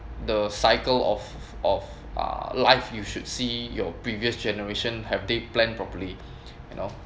the cycle of of uh life you should see your previous generation have they plan properly you know